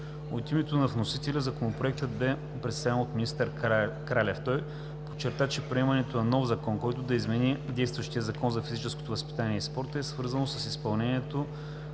От името на вносителя Законопроектът бе представен от министър Кралев. Той подчерта, че приемането на нов закон, който да замени действащия Закон за физическото възпитание и спорта, е свързано с изпълнението